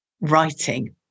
writing